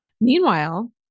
meanwhile